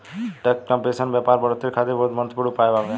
tax competition व्यापार बढ़ोतरी खातिर बहुत महत्वपूर्ण उपाय बावे